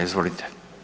Izvolite.